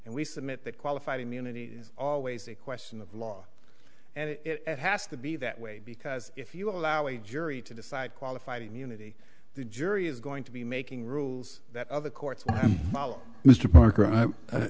and we submit that qualified immunity is always a question of law and it has to be that way because if you allow a jury to decide qualified immunity the jury is going to be making rules that other courts mr par